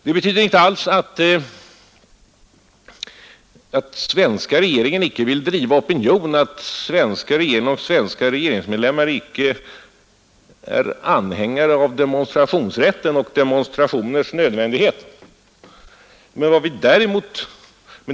Detta betyder inte alls att den svenska regeringen inte vill driva opinion eller att de svenska regeringsmedlemmarna icke är anhängare av demonstrationsrätt eller inte inser demonstrationers nödvändighet. Detta är en sak.